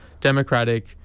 democratic